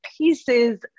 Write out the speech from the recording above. pieces